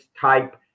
type